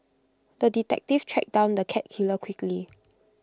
the detective tracked down the cat killer quickly